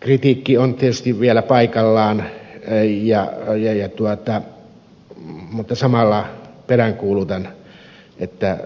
kritiikki on tietysti vielä paikallaan mutta samalla peräänkuulutan että